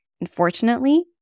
Unfortunately